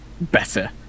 better